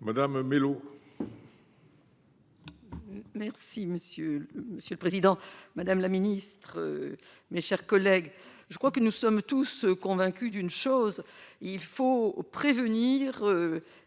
Madame Mellow. Merci monsieur, monsieur le président, madame la ministre, mes chers collègues, je crois que nous sommes tous convaincus d'une chose, il faut prévenir